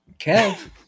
Kev